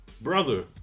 brother